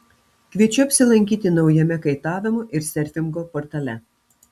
kviečiu apsilankyti naujame kaitavimo ir serfingo portale